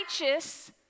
righteous